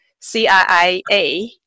CIIA